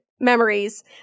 Memories